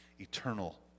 Eternal